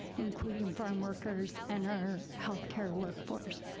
including um farmworkers and our healthcare workforce.